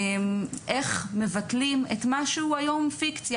איך מבטלים את מה שהוא היום פיקציה.